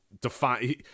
define